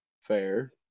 Fair